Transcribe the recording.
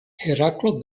heraklo